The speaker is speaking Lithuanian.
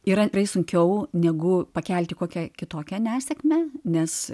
yra tikrai sunkiau negu pakelti kokią kitokią nesėkmę nes